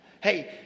Hey